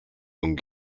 und